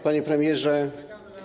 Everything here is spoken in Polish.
Panie Premierze!